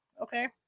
Okay